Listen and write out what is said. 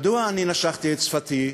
מדוע אני נשכתי את שפתי?